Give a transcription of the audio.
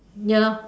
ya lor